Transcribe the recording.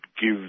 give